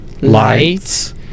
Lights